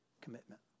commitment